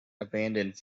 abandoned